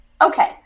okay